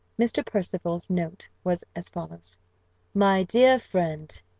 mr. percival's note was as follows my dear friend!